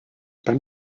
beim